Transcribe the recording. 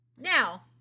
now